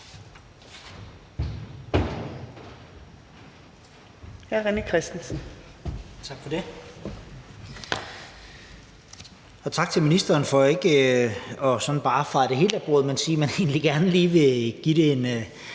(Ordfører) René Christensen (DF): Tak for det. Og tak til ministeren for ikke bare sådan at feje det helt af bordet, men sige, at man egentlig gerne lige vil give det en